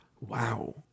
wow